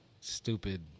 stupid